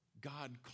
God